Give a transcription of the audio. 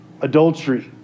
adultery